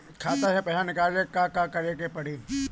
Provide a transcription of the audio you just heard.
खाता से पैसा निकाले ला का का करे के पड़ी?